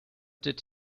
did